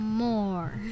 More